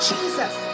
Jesus